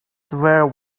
there